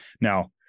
Now